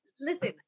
listen